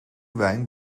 wijn